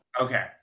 Okay